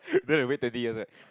then you wait twenty years right